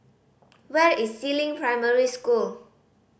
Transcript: where is Si Ling Primary School